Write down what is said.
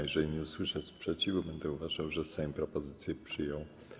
Jeżeli nie usłyszę sprzeciwu, będę uważał, że Sejm propozycję przyjął.